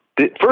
First